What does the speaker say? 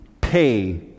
pay